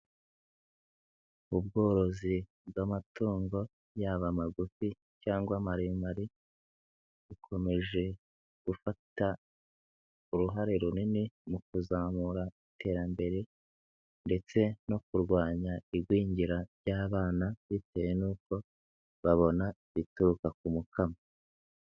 Ubworozi bw'amatungo yaba amagufi cyangwa amaremare, bukomeje gufata uruhare runini mu kuzamura iterambere ndetse no kurwanya igwingira ry'abana, bitewe n'uko babona ibituruka ku mukamo.